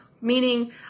meaning